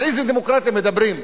על איזה דמוקרטיה מדברים?